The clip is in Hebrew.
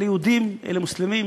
אלה יהודים, אלה מוסלמים,